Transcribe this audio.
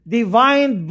divine